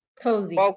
cozy